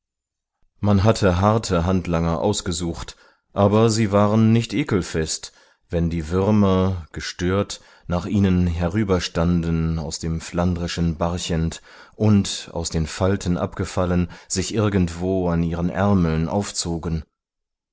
man hatte harte handlanger ausgesucht aber sie waren nicht ekelfest wenn die würmer gestört nach ihnen herüberstanden aus dem flandrischen barchent und aus den falten abgefallen sich irgendwo an ihren ärmeln aufzogen